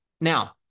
Now